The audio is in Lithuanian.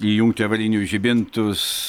įjungti avarinius žibintus